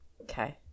Okay